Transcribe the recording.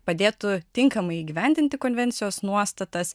padėtų tinkamai įgyvendinti konvencijos nuostatas